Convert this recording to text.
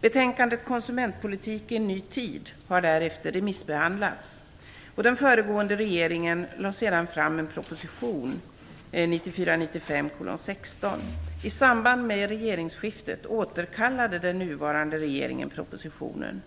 Betänkandet Konsumentpolitik i en ny tid har därefter remissbehandlats. Den föregående regeringen lade sedan fram proposition 1994/95:16. I samband med regeringsskiftet återkallade den nuvarande regeringen propositionen.